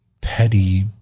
petty